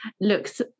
looks